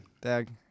Dag